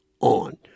on